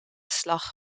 slag